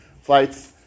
flights